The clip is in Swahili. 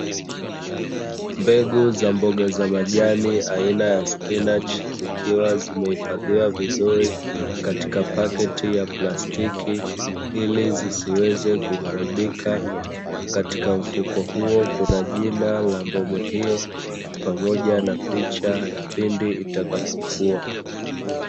Mbegu za mboga za majani aina ya spinach, zikiwa zimehifadhiwa vizuri katika paketi ya plastiki ili zisiweze kuharibika Jina la mboga hiyo pamoja na picha ya pindi itakapokuwa.